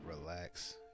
relax